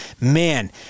man